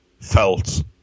felt